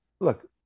look